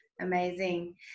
amazing